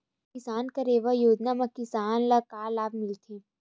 किसान कलेवा योजना म किसान ल का लाभ मिलथे?